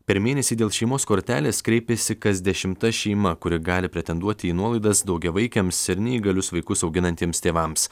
per mėnesį dėl šeimos kortelės kreipėsi kas dešimta šeima kuri gali pretenduoti į nuolaidas daugiavaikėms ir neįgalius vaikus auginantiems tėvams